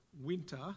winter